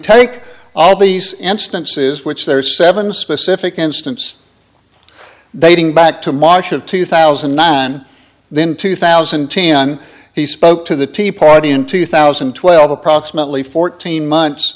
take all these instances which there are seven specific instance they back to march of two thousand and nine then two thousand and ten he spoke to the tea party in two thousand and twelve approximately fourteen months